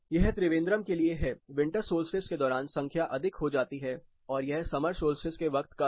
यह त्रिवेंद्रम के लिए है विंटर सोल्स्टिस के दौरान संख्या अधिक हो जाती है और यह समर सोल्स्टिस के वक्त का है